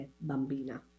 bambina